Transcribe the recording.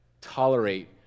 tolerate